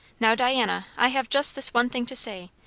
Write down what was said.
now, diana, i have just this one thing to say.